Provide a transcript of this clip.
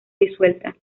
disuelta